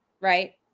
right